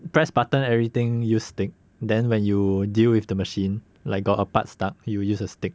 press button everything use stick then when you deal with the machine like got a part stuck you use a stick